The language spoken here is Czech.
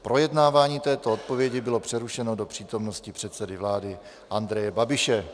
Projednávání této odpovědi bylo přerušeno do přítomnosti předsedy vlády Andreje Babiše.